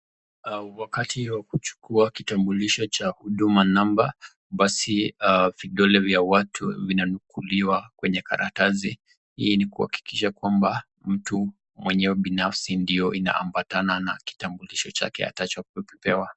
Wakati wa kuchukua kitambulisho cha huduma namba basi vidole vya watu vinanukuliwa kwenye karatasi hii ni kuhakikisha kwamba mtu mwenye ubinafsi ndio inaambatana na kitambulisho chake atakacho pewa.